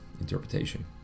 interpretation